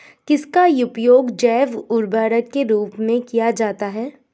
किसका उपयोग जैव उर्वरक के रूप में किया जाता है?